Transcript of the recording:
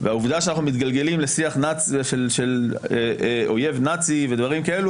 והעובדה שאנחנו מתגלגלים לשיח של אויב נאצי ודברים כאלה,